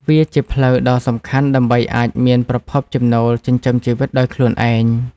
វាជាផ្លូវដ៏សំខាន់ដើម្បីអាចមានប្រភពចំណូលចិញ្ចឹមជីវិតដោយខ្លួនឯង។